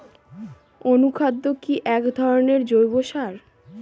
অনুখাদ্য কি এক ধরনের জৈব সার?